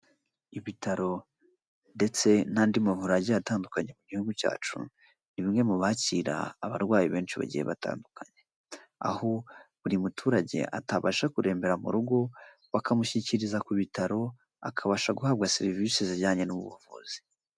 Ibitaro ndetse n'andi mavuriro agiye atandukanye mu gihugu cyacu, ni bimwe mu bakira abarwayi benshi bagiye batandukanye, aho buri muturage atabasha kurembera mu rugo, bakamushyikiriza ku bitaro, akabasha guhabwa serivisi zijyanye n'ubu buvuzi.